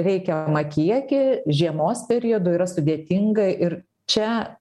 reikiamą kiekį žiemos periodu yra sudėtinga ir čia